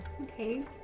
Okay